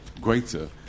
greater